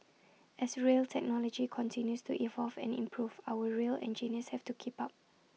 as rail technology continues to evolve and improve our rail engineers have to keep up